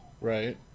right